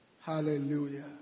Hallelujah